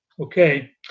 okay